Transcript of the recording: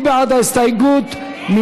עוברים להסתייגות 2, לסעיף 3. מי בעד ההסתייגות?